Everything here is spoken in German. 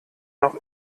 noch